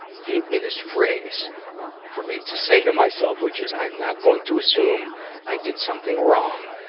gave me this phrase for me to say to myself, which is, i'm not going to assume i did something wrong.